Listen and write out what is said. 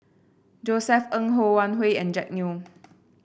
Josef Ng Ho Wan Hui and Jack Neo